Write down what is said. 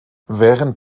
während